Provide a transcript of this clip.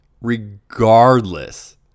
Regardless